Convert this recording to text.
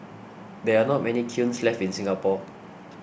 there are not many kilns left in Singapore